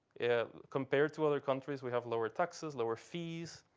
compared to other countries, we have lower taxes, lower fees,